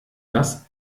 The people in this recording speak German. das